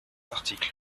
article